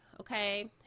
okay